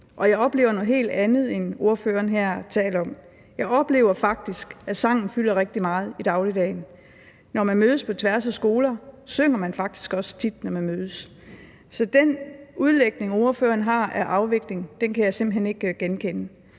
jeg oplever noget helt andet, end ordføreren her taler om. Jeg oplever faktisk, at sang fylder rigtig meget i dagligdagen. Når man mødes på tværs af skoler, synger man faktisk også tit. Så den udlægning, ordføreren har, af en afvikling, kan jeg simpelt hen ikke genkende.